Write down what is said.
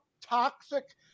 toxic